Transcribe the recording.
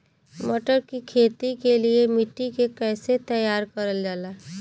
मटर की खेती के लिए मिट्टी के कैसे तैयार करल जाला?